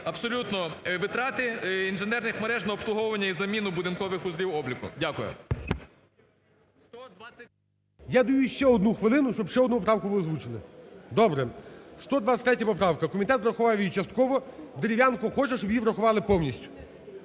абсолютно витрати інженерних мереж на обслуговування і заміну будинкових вузлів обліку. Дякую. ГОЛОВУЮЧИЙ. Я даю ще одну хвилину, щоб ви ще одну правку ви озвучили. Добре. 123 правка, комітет врахував її частково, Дерев'янко хоче, щоб її врахували повністю.